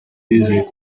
yizeye